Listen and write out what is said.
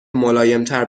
ملایمتر